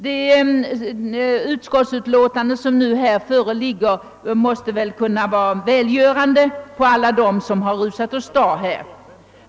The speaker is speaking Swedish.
Det utskottsutlåtande som nu här föreligger måste verka välgörande på alla dem som har rusat i väg i detta sammanhang.